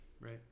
right